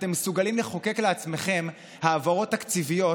אתם מסוגלים לחוקק לעצמכם העברות תקציביות